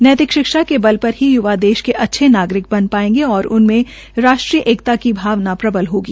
नैतिक शिक्षा के बल पर ही युवा देश के अच्छे नागरिक बन पाएगें और उनमें राष्ट्रीय एकता की भावना प्रबल होगी